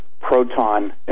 Proton